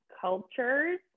cultures